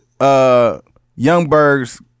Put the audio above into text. Youngberg's